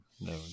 No